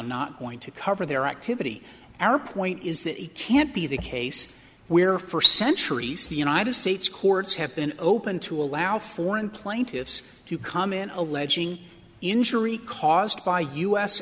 not going to cover their activity our point is that it can't be the case where for centuries the united states courts have been open to allow foreign plaintiffs to comment alleging injury caused by u